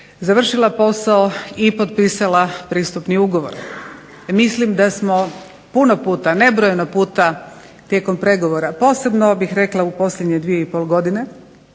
završila posao i potpisala pristupni ugovor. Mislim da smo puno puta, nebrojeno puta tijekom pregovora, posebno bih rekla u posljednje dvije i pol godine